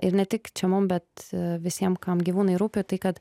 ir ne tik čia mum bet visiem kam gyvūnai rūpi tai kad